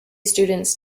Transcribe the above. students